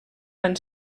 van